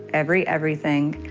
every everything,